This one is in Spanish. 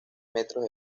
metros